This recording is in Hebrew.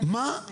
מה כן קורה?